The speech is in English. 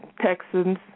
Texans